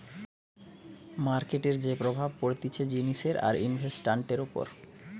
মার্কেটের যে প্রভাব পড়তিছে জিনিসের আর ইনভেস্টান্টের উপর